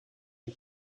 and